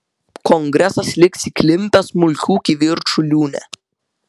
kongresas liks įklimpęs smulkių kivirčų liūne